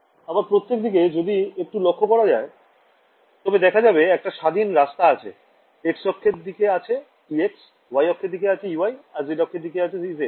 আবার প্রত্যেক দিকে যদি একটু লক্ষ্য করা হয় তবে দেখা যাবে একটা স্বাধীন রাস্তা আছে x অক্ষের দিকে আছে ex y অক্ষের দিকে আছে ey আর z অক্ষের দিকে আছে ez